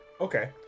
Okay